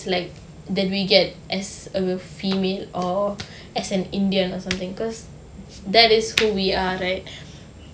like that we get as a female or as an indian or something because that is who we are right